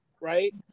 right